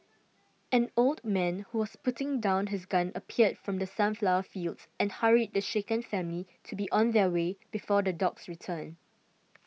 an old man who was putting down his gun appeared from the sunflower fields and hurried the shaken family to be on their way before the dogs return